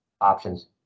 options